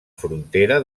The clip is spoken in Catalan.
frontera